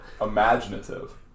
imaginative